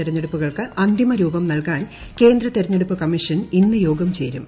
തെരഞ്ഞെടുപ്പുകൾക്ക് അന്തിമ രൂപ്പട്ട നിൽകാൻ കേന്ദ്ര തെരഞ്ഞെടുപ്പ് കമ്മീഷൻ ഈന്റ് യോഗം ചേരും